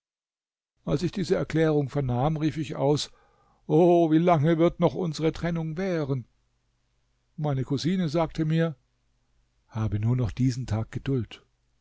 als ich diese erklärung vernahm rief ich aus o wie lange wird noch unsere trennung währen meine cousine sagte mir habe nur noch diesen tag geduld